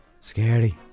Scary